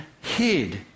hid